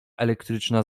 elektryczna